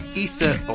ether